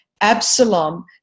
Absalom